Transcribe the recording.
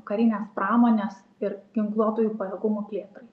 karinės pramonės ir ginkluotųjų pajėgumų plėtrai